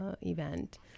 event